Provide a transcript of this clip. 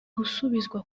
gusubizwa